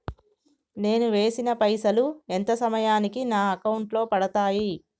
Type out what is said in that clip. నేను వేసిన పైసలు ఎంత సమయానికి నా అకౌంట్ లో పడతాయి?